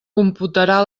computarà